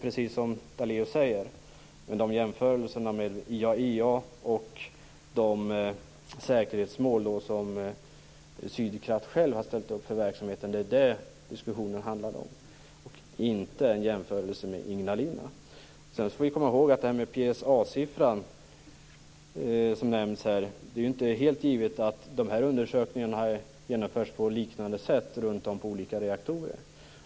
Precis som Daléus säger var det jämförelserna mellan IAEA och de säkerhetsmål som Sydkraft självt har ställt upp för verksamheten som diskussionen handlade om och inte om en jämförelse med Ignalina. Vi får när det gäller den PSA-siffra som nämns här komma ihåg att det inte är helt givet att de här undersökningarna genomförs på liknande sätt runt om på olika reaktorer.